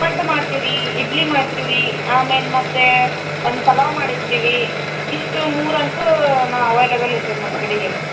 ಪಡ್ಡು ಮಾಡ್ತೀವಿ ರೀ ಇಡ್ಲಿ ಮಾಡ್ತೀವಿ ರೀ ಆಮೇಲೆ ಮತ್ತೆ ಒಂದು ಪಲಾವ್ ಮಾಡಿರ್ತೀವಿ ಇಷ್ಟು ಮೂತಂತು ನಾ ಅವೈಲೇಬಲ್ ಇರ್ತೈತೆ ನಮ್ಮ ಕಡೆಗೆ